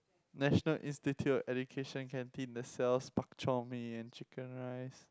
National Institute of Education canteen that sells bak-chor-mee and chicken rice